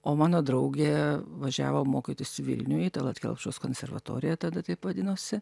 o mano draugė važiavo mokytis į vilnių į tallat kelpšos konservatoriją tada taip vadinosi